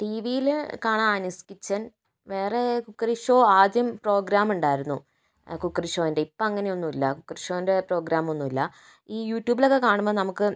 T വിയില് കാണാം Annie's kitchen വേറെ കുക്കറി ഷോ ആദ്യം പ്രോഗ്രാമുണ്ടായിരുന്നു കുക്കറി ഷോൻ്റെ ഇപ്പോൾ അങ്ങനെ ഒന്നും ഇല്ല കുക്കറി ഷോൻ്റെ പ്രോഗ്രാം ഒന്നും ഇല്ല ഈ യുട്യൂബിലൊക്കെ കാണുമ്പോൾ നമുക്ക്